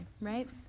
right